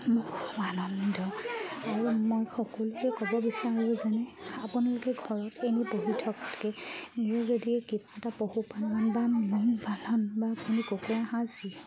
মোক খুব আনন্দ আৰু মই সকলোকে ক'ব বিচাৰোঁ যেনে আপোনালোকে ঘৰত এনে পঢ়ি থকে যদি কিবা এটা পশুপালন বা মীনপালন বা আপুনি কুকুৰা সাঁজি